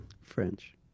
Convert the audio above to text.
French